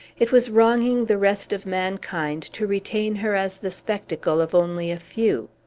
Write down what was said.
it was wronging the rest of mankind to retain her as the spectacle of only a few.